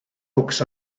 books